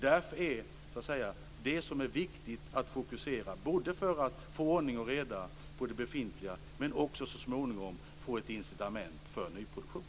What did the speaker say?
Detta är därför det som är viktigt att fokusera både för att få ordning och reda på det befintliga bostadsbeståndet och för att så småningom få ett incitament för nyproduktion.